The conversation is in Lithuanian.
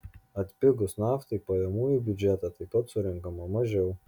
atpigus naftai pajamų į biudžetą taip pat surenkama mažiau